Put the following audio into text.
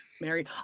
mary